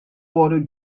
water